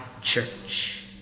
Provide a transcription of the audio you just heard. church